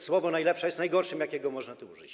Słowo: najlepsza jest najgorszym, jakiego można tu użyć.